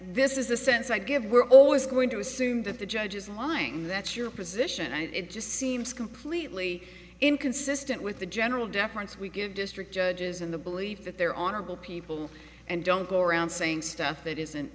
this is the sense i give we're always going to assume that the judge is lying that's your position and it just seems completely inconsistent with the general deference we give district judges in the belief that there are good people and don't go around saying stuff that isn't